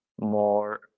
more